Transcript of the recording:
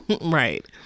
Right